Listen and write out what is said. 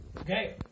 Okay